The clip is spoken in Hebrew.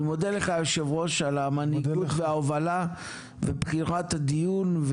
אני מודה לך יושב הראש על המנהיגות וההובלה ובחירת הדיון,